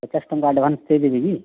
ପଚାଶ ଟଙ୍କା ଆଡ଼ଭାନ୍ସ ଦେଇଦେବି କି